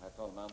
Herr talman!